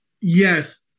Yes